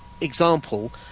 example